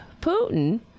Putin